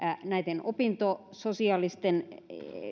näiden opintososiaalisten